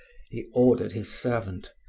he ordered his servant.